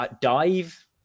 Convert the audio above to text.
dive